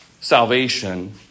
salvation